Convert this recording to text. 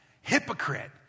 Hypocrite